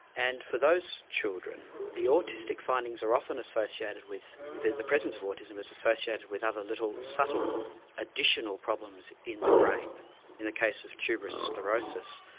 and for those children the autistic findings are often associated with the the presence of autism is associated with other little subtle additional problems in the brain in the case of tuberous sclerosis,